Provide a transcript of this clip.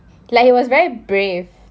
like it was very brave